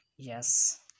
yes